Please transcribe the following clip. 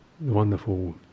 wonderful